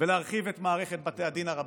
ולהרחיב את בתי הדין הרבניים,